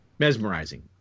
mesmerizing